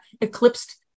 eclipsed